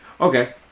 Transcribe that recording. Okay